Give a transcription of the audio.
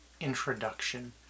Introduction